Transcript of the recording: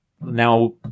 Now